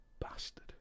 Bastard